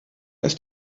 ist